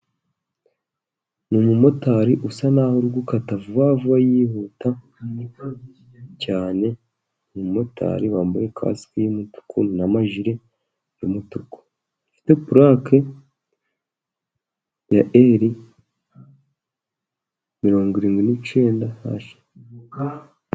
Ni umumotari usa n'aho uri gukata vuba vuba yihuta cyane, umumotari wambaye kasike y'umutuku n'amajire y'umutuku, ufite purake ya eri mirongwirindwi n'icyenda hashi.